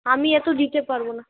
আমি এতো দিতে পারবো না